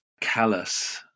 callous